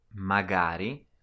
Magari